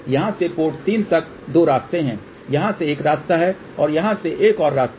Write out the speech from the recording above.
यहाँ से पोर्ट 3 तक 2 रास्ते हैं यहाँ से एक रास्ता है और यहाँ से एक और रास्ता है